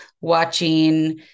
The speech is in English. watching